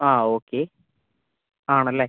ആ ഓക്കെ ആണല്ലേ